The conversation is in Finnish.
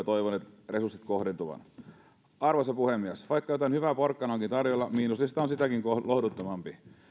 toivon että resurssit kohdentuvat sinne arvoisa puhemies vaikka jotain hyvää porkkanaa onkin tarjolla miinuslista on sitäkin lohduttomampi